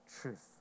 truth